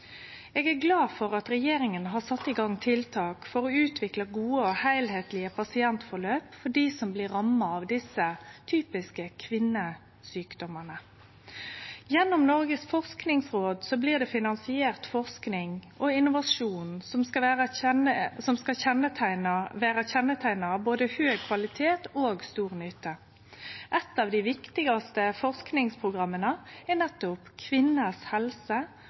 Eg er glad for at regjeringa har sett i gong tiltak for å utvikle gode og heilskaplege pasientløp for dei som blir ramma av desse typiske kvinnesjukdommane. Gjennom Noregs forskingsråd blir det finansiert forsking og innovasjon som skal vere kjenneteikna av både høg kvalitet og stor nytte. Eit av dei viktigaste forskingsprogramma er nettopp kvinners helse